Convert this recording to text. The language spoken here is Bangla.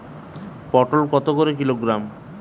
পটল কত করে কিলোগ্রাম?